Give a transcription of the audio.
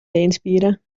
beenspieren